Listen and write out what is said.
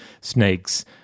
snakes